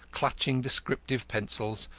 clutching descriptive pencils,